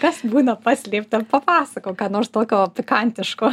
kas būna paslėpta papasakok ką nors tokio pikantiško